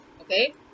okay